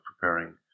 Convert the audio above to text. preparing